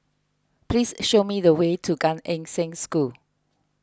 please show me the way to Gan Eng Seng School